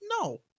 no